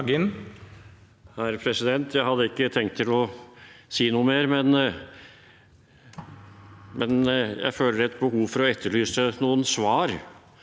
Jeg hadde ikke tenkt å si noe mer, men jeg føler et behov for å etterlyse noen svar.